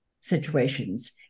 situations